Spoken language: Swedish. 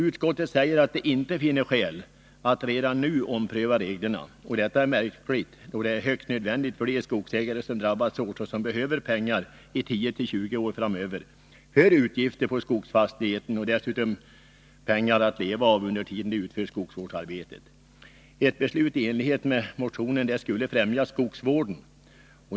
Utskottet säger att det inte finner skäl att redan nu ompröva reglerna. Det är märkligt, då detta är högst nödvändigt för de skogsägare som drabbas hårt och som behöver pengar i 10-20 år framöver för utgifter på skogsfastigheten och som dessutom behöver pengar att leva av under tiden de utför skogsvårdsarbetet. Ett beslut i enlighet med motionen skulle främja skogsvården.